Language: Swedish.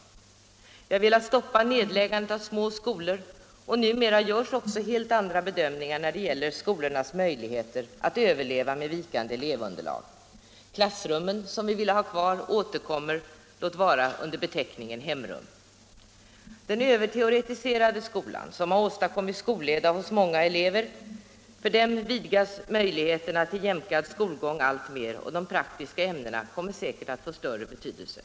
Vi har velat stoppa nedläggandet av små skolor, och numera görs också helt andra bedömningar när det gäller skolornas möjlighet att överleva med vikande elevunderlag. Klassrummen, som vi ville ha kvar, återkommer — låt vara under beteckningen hemrum. Den överteoretiserade skolan har åstadkommit skolleda hos många elever. Nu vidgas möjligheterna till jämkad skolgång alltmer och de praktiska ämnena kommer att få större betydelse.